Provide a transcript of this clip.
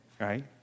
Right